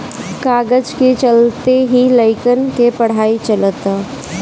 कागज के चलते ही लइकन के पढ़ाई चलअता